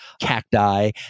cacti